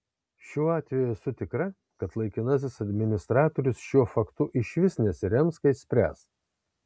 šiuo atveju esu tikra kad laikinasis administratorius šiuo faktu išvis nesirems kai spręs